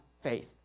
faith